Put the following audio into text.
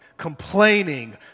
complaining